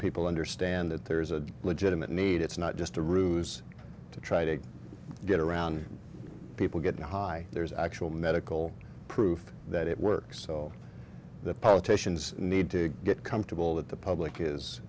people understand that there is a legitimate need it's not just a ruse to try to get around people getting high there's actual medical proof that it works so the politicians need to get comfortable that the public is